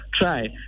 try